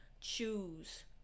choose